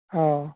औ